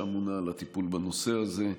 שאמונה על הטיפול בנושא הזה.